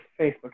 Facebook